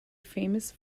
famous